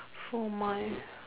for my